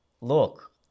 look